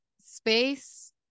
space